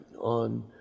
on